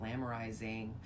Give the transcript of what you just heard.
glamorizing